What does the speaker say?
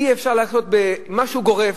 אי-אפשר לחיות במשהו גורף.